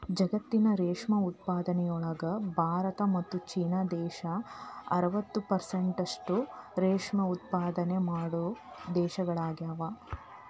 ಜಗತ್ತಿನ ರೇಷ್ಮೆ ಉತ್ಪಾದನೆಯೊಳಗ ಭಾರತ ಮತ್ತ್ ಚೇನಾ ದೇಶ ಅರವತ್ ಪೆರ್ಸೆಂಟ್ನಷ್ಟ ರೇಷ್ಮೆ ಉತ್ಪಾದನೆ ಮಾಡೋ ದೇಶಗಳಗ್ಯಾವ